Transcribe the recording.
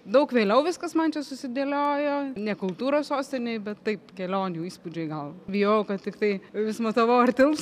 daug vėliau viskas man čia susidėliojo ne kultūros sostinei bet taip kelionių įspūdžiai gal bijojau kad tiktai vis matavau ar tilps